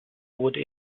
wurde